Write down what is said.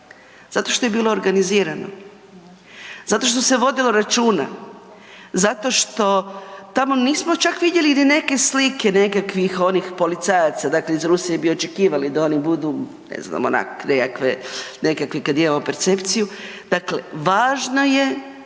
Zato što je bilo organizirano, zato što se vodilo računa, zato što tamo nismo vidjeli ni neke slike nekakvih onih policajaca, dakle iz Rusije bi očekivali da oni budu ne znam onak nekakve, nekakvi kad imamo percepciju. Dakle, važno je